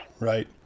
Right